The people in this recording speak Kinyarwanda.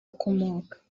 akomoka